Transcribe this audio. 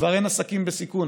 כבר אין עסקים בסיכון.